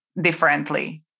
differently